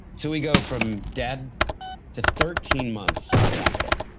so, we go from dead to thirteen months of capital.